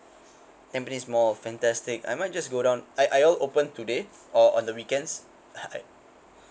tampines mall fantastic I might just go down are are y'all open today or on the weekends